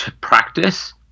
practice